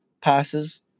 passes